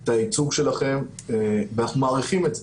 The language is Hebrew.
את הייצוג שלכם ואנחנו מעריכים את זה,